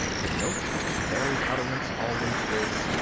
the note of the fairy utterance always is,